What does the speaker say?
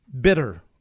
bitter